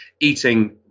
eating